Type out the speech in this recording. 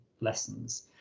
lessons